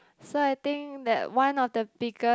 so I think that one of the biggest